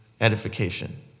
edification